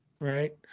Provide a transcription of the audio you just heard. Right